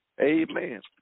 Amen